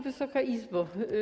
Wysoka Izbo!